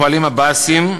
פועלים מב"סים,